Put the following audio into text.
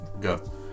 Go